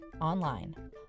online